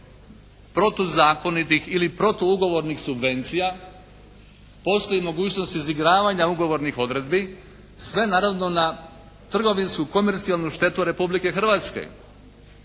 protu zakonitih ili protu ugovornih subvencija. Postoji mogućnost izigravanja ugovornih odredbi sve naravno na trgovinsku, komercijalnu štetu Republike Hrvatske